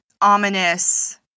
ominous